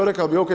Rekao bi ok.